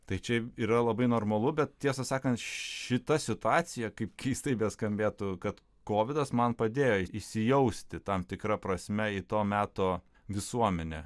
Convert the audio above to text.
tai čia yra labai normalu bet tiesą sakant šita situacija kaip keistai beskambėtų kad kovidas man padėjo įsijausti tam tikra prasme į to meto visuomenę